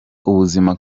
ubuzima